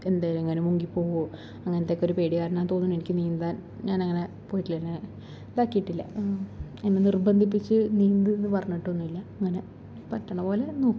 എന്തേലെങ്ങാനും മുങ്ങിപ്പോകുമോ അങ്ങനത്തെ ഒക്കെ ഒരു പേടി കാരണമാണ് തോന്നുന്നു എനിക്ക് നീന്താൻ ഞാൻ അങ്ങനെ പോയിട്ടില്ല പിന്നെ ഇതാക്കിയിട്ടില്ല എന്നെ നിർബന്ധിപ്പിച്ച് നീന്തെന്ന് പറഞ്ഞിട്ടൊന്നുമില്ല അങ്ങനെ പറ്റുന്ന പോലെ നോക്കാം